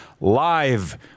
live